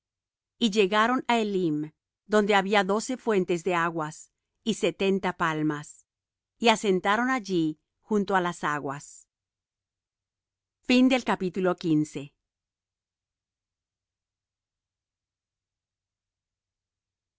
y llegaron á elim donde había doce fuentes de aguas y setenta palmas y asentaron allí junto á las aguas y